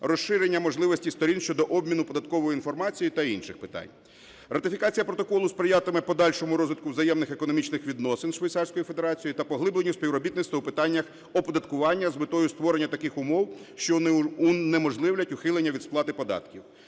розширення можливості сторін щодо обміну податковою інформацією та інших питань. Ратифікація протоколу сприятиме подальшому розвитку взаємних економічних відносин зі Швейцарською Федерацією та поглибленню співробітництва у питаннях оподаткування з метою створення таких умов, що унеможливлять ухилення від сплати податків.